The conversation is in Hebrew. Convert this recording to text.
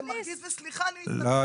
זה מרגיז, וסליחה, אני מתנצלת.